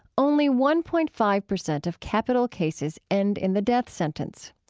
only one point five percent of capital cases end in the death sentence.